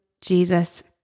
Jesus